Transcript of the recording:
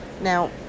now